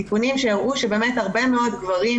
תיקונים שהראו שהרבה מאוד גברים,